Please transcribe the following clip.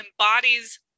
embodies